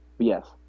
Yes